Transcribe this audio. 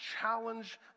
challenge